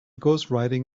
ghostwriting